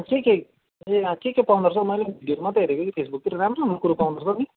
के के अँ के के पाउँदोरहेछ हौ मैले पनि भिडियोहरू मात्रै हेरेको कि फेसबुकतिर राम्रो राम्रो कुरो पाउँदो रहेछ नि